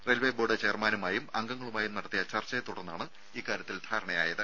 railway board ചെയർമാനുമായും അംഗങ്ങളുമായും നടത്തിയ ചർച്ചയെ തുടർന്നാണ് ഇക്കാര്യത്തിൽ ധാരണയായത്